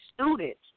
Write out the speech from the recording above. students